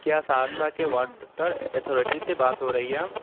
کیا سہرسہ کے water authority سے بات ہو رئی ہیں